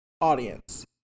audience